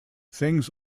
things